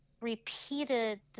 repeated